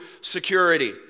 security